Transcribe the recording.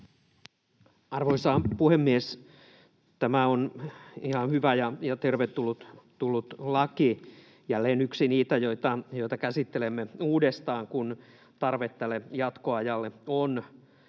Arvoisa puhemies! Tämä on ihan hyvä ja tervetullut laki, jälleen yksi niistä, joita käsittelemme uudestaan, kun tarve tälle jatkoajalle on.